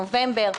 נובמבר,